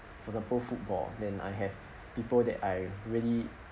for example football then I have people that I really